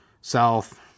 South